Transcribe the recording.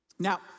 Now